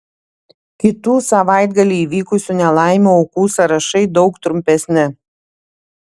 kitų savaitgalį įvykusių nelaimių aukų sąrašai daug trumpesni